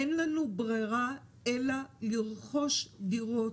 אין לנו ברירה אלא לרכוש דירות,